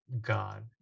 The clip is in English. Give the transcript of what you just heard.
God